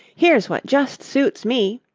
here's what just suits me,